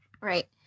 Right